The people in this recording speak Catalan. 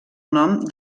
nom